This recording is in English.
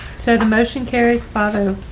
so the motion carries father.